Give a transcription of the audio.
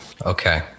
Okay